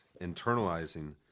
internalizing